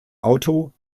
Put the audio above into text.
auto